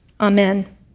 Amen